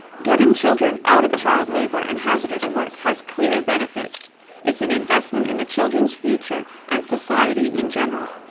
getting children out of child labour and hazardous work has clear benefits it's an investment in the children's future and society in general.